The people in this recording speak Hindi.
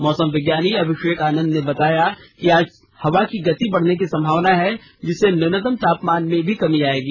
मौसम विज्ञानी अभिषेक आनंद ने बताया कि आज हवा की गति बढ़ने की संभावना है जिससे न्यूनतम तापमान में कमी आएगी